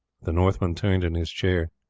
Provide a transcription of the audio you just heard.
the northman turned in his chair.